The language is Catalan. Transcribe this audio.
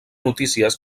notícies